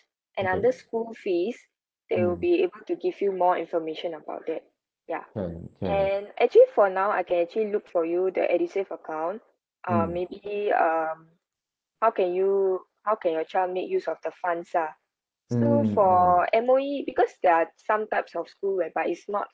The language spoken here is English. and under school fees they will be able to give you more information about that ya and actually for now I can actually look for you the edusave account um maybe um how can you how can your child make used of the funds lah so for M_O_E because there are some types of school whereby it's not